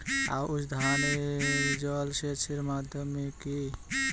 আউশ ধান এ জলসেচের মাধ্যম কি?